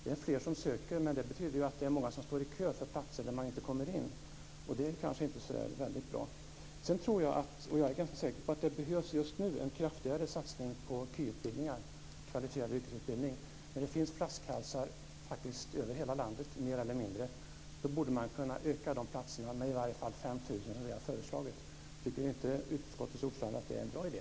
Det är fler som söker, men det betyder att det är många som står i kö för platser där man inte kommer in. Det är kanske inte så väldigt bra. Sedan är jag ganska säker på att det just nu behövs en kraftigare satsning på KY-utbildningar, kvalificerad yrkesutbildning. Det finns faktiskt flaskhalsar mer eller mindre över hela landet. Man borde kunna öka de platserna med i varje fall 5 000, som vi har föreslagit. Tycker inte utbildningsutskottets ordförande att det är en bra idé?